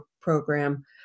program